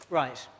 right